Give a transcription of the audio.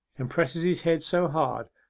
and presses his head so hard,